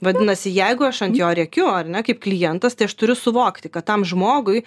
vadinasi jeigu aš ant jo rėkiu ar ne kaip klientas tai aš turiu suvokti kad tam žmogui